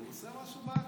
הוא עושה מה שבא לו.